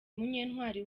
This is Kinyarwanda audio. munyentwali